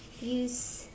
use